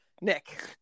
Nick